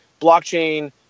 blockchain